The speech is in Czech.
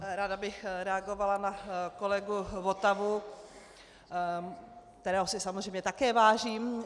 Ráda bych reagovala na kolegu Votavu, kterého si samozřejmě také vážím.